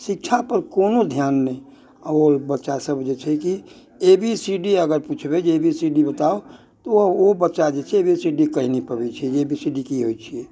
शिक्षा पर कोनो ध्यान नहि आओर बच्चा सभ जे छै कि ए बी सी डी अगर पुछबै जे ए बी सी डी बताओ तऽ ओ ओ बच्चा जे छै ए बी सी डी कहि नहि पबै छै ए बी सी डी की होइ छै